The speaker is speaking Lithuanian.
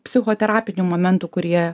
psichoterapinių momentų kur jie